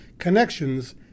Connections